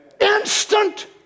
Instant